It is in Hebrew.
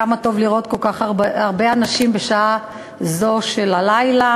כמה טוב לראות כל כך הרבה אנשים בשעה זו של הלילה.